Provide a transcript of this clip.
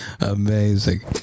Amazing